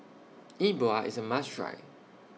E Bua IS A must Try